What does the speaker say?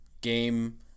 game